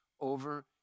over